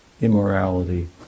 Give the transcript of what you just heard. immorality